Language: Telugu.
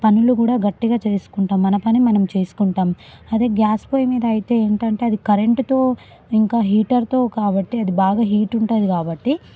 పనులు కూడా గట్టిగా చేసుకుంటా మన పని మనం చేసుకుంటాం అదే గ్యాస్ పొయ్యి మీద అయితే ఏంటంటే అది కరెంటుతో ఇంకా హీటర్తో కాబట్టి అది బాగా హీట్ ఉంటుంది కాబట్టి